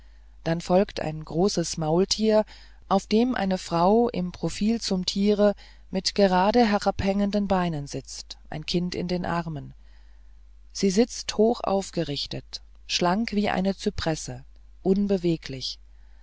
dann folgt ein großes maultier auf dem eine frau im profil zum tiere mit gerade herabhängenden beinen sitzt ein kind in den armen sie sitzt hoch aufgerichtet schlank wie eine zypresse unbeweglich